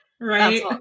right